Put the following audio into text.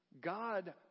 God